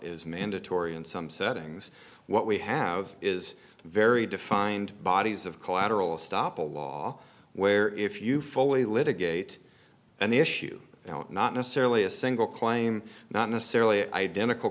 is mandatory in some settings what we have is very defined bodies of collateral stoppel law where if you fully litigate and the issue now is not necessarily a single claim not necessarily identical